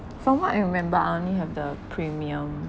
from what I remember I only have the premium